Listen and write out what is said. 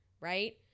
Right